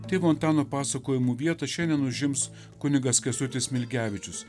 tėvo antano pasakojimų vietą šiandien užims kunigas kęstutis smilgevičius